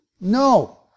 No